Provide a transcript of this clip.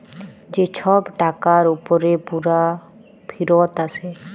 যে ছব টাকার উপরে পুরা ফিরত আসে